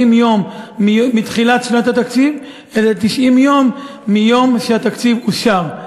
יום מתחילת שנת התקציב אלא 90 יום מיום שהתקציב אושר,